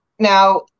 Now